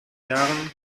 jahren